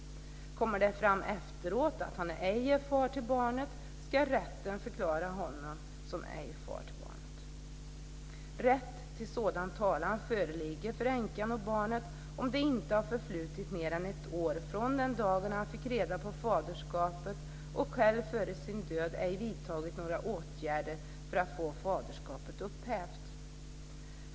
Kommer det fram efteråt att han inte är far till barnet ska rätten förklara honom som ej far till barnet. Rätt till sådan talan föreligger för änkan och barnen om det inte har förflutit mer än ett år från den dagen han fick reda på faderskapet och själv före sin död ej vidtagit några åtgärder att få faderskapet upphävt.